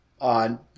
on